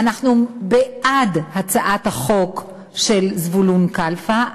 אנחנו בעד הצעת החוק של זבולון כלפה,